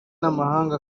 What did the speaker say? n’amahanga